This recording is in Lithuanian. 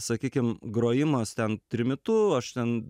sakykim grojimas ten trimitu aš ten